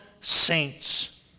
saints